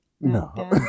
No